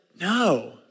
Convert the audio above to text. no